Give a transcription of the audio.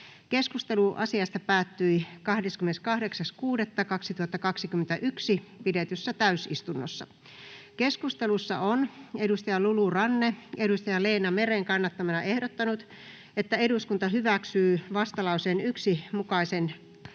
Keskustelu asiasta päättyi 28.6.2021 pidetyssä täysistunnossa. Keskustelussa on Lulu Ranne Leena Meren kannattamana ehdottanut, että eduskunta hyväksyy vastalauseen 1 mukaisen